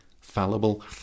fallible